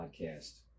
podcast